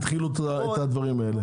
התחילו את הדברים האלה.